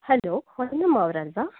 hello Purnima ಅವರಲ್ವಾ